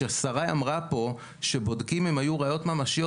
כשריי אמרה פה שהם בודקים אם היו ראיות ממשיות